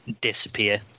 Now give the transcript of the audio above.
disappear